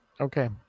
okay